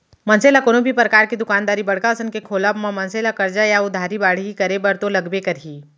मनसे ल कोनो भी परकार के दुकानदारी बड़का असन के खोलब म मनसे ला करजा या उधारी बाड़ही करे बर तो लगबे करही